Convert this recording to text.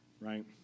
right